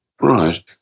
Right